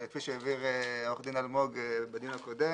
כפי שהבהיר עורך דין אלמוג בדיון הקודם,